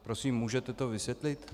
Prosím, můžete to vysvětlit?